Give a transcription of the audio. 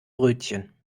brötchen